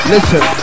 Listen